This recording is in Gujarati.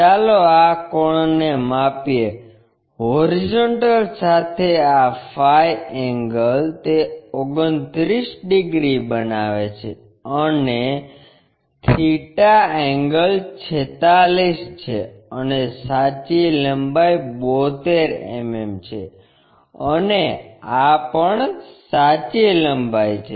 ચાલો આ કોણને માપીએ હોરીઝોન્ટલ સાથે આં ફાઇ એંગલ તે 29 ડિગ્રી બનાવે છે અને થીટા એંગલ 46 છે અને સાચી લંબાઈ 72 mm છે અને આ પણ સાચી લંબાઈ છે